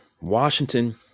Washington